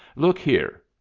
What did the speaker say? look here!